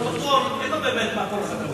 וכשהוא קורא את הפרוטוקול אין לו באמת מה כל אחד אמר.